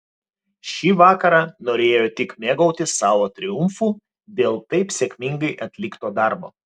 šį vakarą norėjo tik mėgautis savo triumfu dėl taip sėkmingai atlikto darbo